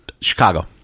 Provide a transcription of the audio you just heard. Chicago